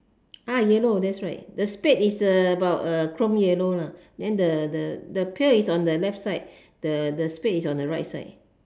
ah yellow that's right the spade is about chrome yellow lah then the the the pail is on the left side the the spade is on the right side